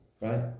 right